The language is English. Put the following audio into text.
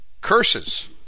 curses